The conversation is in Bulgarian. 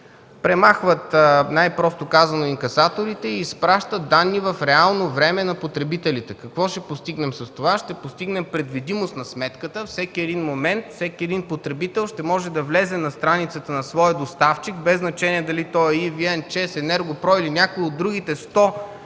премахват, най-просто казано инкасаторите и изпращат данни за потребителите в реално време. Какво ще постигнем с това? Ще постигнем предвидимост на сметката. Във всеки един момент, всеки един потребител ще може да влезе на страницата на своя доставчик, без значение дали той е EVN, ЧЕЗ, ЕНЕРГО-ПРО или някои от другите сто